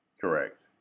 Correct